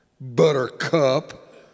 buttercup